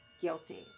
guilty